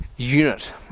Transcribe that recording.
unit